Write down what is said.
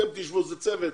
זה צוות